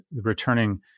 returning